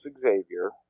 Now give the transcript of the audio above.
Xavier